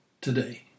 today